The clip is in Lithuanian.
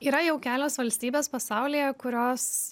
yra jau kelios valstybės pasaulyje kurios